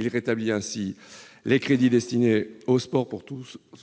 On rétablirait ainsi les crédits destinés au sport pour tous